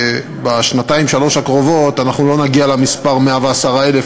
בשנתיים-שלוש הקרובות אנחנו לא נגיע למספר 110,000,